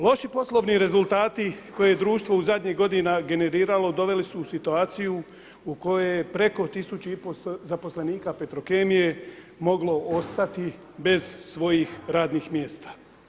Loši poslovni rezultati koje je društvo u zadnjih godina generiralo doveli su u situaciju u kojoj je preko 1.500 zaposlenika Petrokemije moglo ostati bez svojih radnih mjesta.